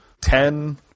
ten